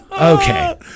Okay